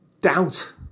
doubt